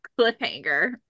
cliffhanger